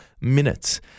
minutes